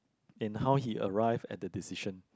and how he arrived at the decision